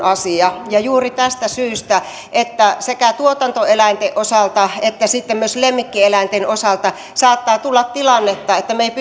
asia juuri tästä syystä sekä tuotantoeläinten osalta että sitten myös lemmikkieläinten osalta saattaa tulla tilanne että me emme